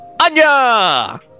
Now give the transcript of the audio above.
Anya